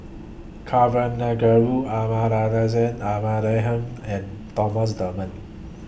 Kavignareru Amallathasan Amanda Heng and Thomas Dunman